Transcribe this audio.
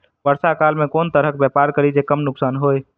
वर्षा काल मे केँ तरहक व्यापार करि जे कम नुकसान होइ?